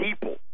people